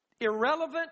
irrelevant